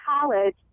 college